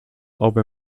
owe